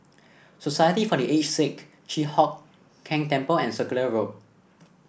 Society for The Aged Sick Chi Hock Keng Temple and Circular Road